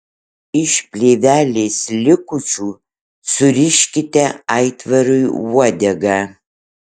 iš plėvelės likučių suriškite aitvarui uodegą